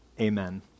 Amen